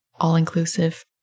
all-inclusive